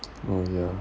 oh ya